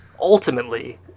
ultimately